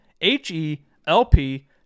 H-E-L-P